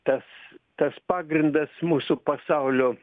tas tas pagrindas mūsų pasaulio